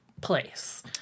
Place